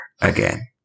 again